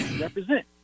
represent